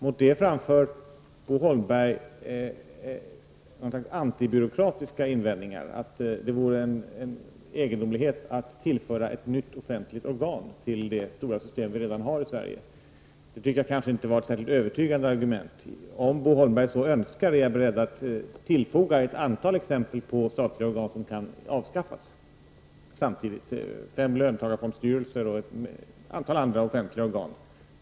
Mot detta framför Bo Holmberg något slags antibyråkratiska invändningar. Han menar att det vore en egendomlighet att införa ett nytt statligt organ till det stora system som vi redan har i dag i Sverige. Jag tycker att detta knappast är något särskilt övertygande argument. Om Bo Holmberg så önskar är jag beredd att tillfoga ett antal exempel på statliga organ som kan avskaffas samtidigt: fem löntagarfondsstyrelser och ett antal andra offentliga organ.